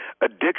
addiction